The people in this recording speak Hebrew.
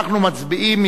אנחנו מצביעים.